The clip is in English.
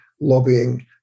lobbying